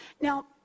Now